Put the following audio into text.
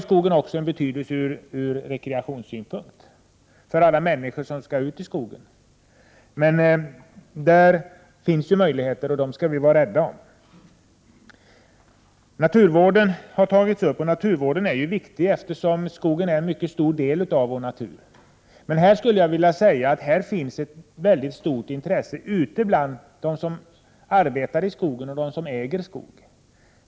Skogen är också betydelsefull ur rekreationssynpunkt. Där finns möjligheter, och dem skall vi vara rädda om. Naturvården, som har tagits upp här, är viktig, eftersom skogen är en mycket stor del av vår natur. Här finns ett stort intresse ute bland dem som arbetar i skogen och dem som äger skog.